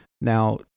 Now